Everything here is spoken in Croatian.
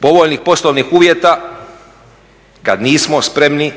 povoljnih poslovnih uvjeta kad nismo spremni